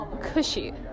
Cushy